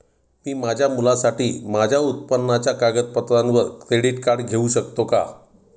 मी माझ्या मुलासाठी माझ्या उत्पन्नाच्या कागदपत्रांवर क्रेडिट कार्ड घेऊ शकतो का?